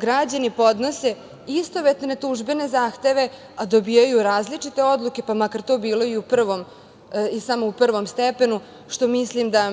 građani podnose istovetne tužbe na zahteve a dobijaju različite odluke, pa makar to bilo i u prvom i samo u prvom stepenu, što mislim da